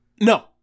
no